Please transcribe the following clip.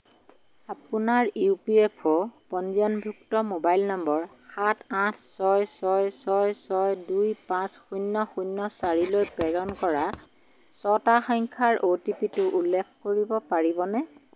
আপোনাৰ ইপিএফঅ' পঞ্জীয়নভুক্ত মোবাইল নম্বৰ সাত আঠ ছয় ছয় ছয় ছয় দুই পাঁচ শূন্য শূন্য চাৰিলৈ প্ৰেৰণ কৰা ছটা সংখ্যাৰ অ'টিপিটো উল্লেখ কৰিব পাৰিবনে